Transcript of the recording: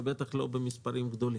ובטח לא במספרים גדולים.